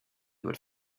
would